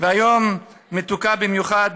והיום מתוקה במיוחד